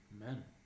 Amen